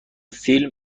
فیلم